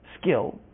skill